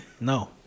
no